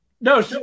No